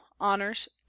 honors